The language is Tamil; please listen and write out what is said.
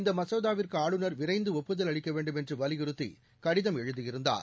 இந்த மசோதாவிற்கு ஆளுநா் விரைந்து ஒப்புதல் அளிக்க வேண்டும் என்று வலியுறுத்தி கடிதம் எழுதியிருந்தார்